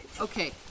Okay